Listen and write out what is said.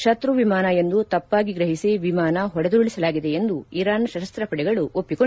ಶತ್ರು ವಿಮಾನ ಎಂದು ತಪ್ಪಾಗಿ ಗ್ರಹಿಸಿ ವಿಮಾನ ಹೊಡೆದುರುಳಿಸಲಾಗಿದೆ ಎಂದು ಇರಾನ್ ಸಶಸ್ತ್ರ ಪಡೆಗಳು ಒಪ್ಪಿಕೊಂಡಿವೆ